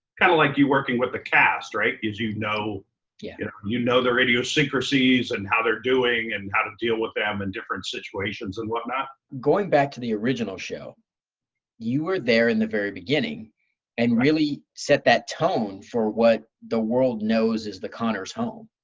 kind of like you working with the cast, cause you know yeah you know their idiosyncrasies and how they're doing and how to deal with them in different situations and whatnot. going back to the original show you were there in the very beginning and really set that tone for what the world knows as the conner's home.